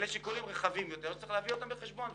אלו שיקולים רחבים שצריך להביאם בחשבון.